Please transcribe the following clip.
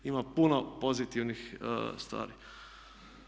Ima puno pozitivnih stvari.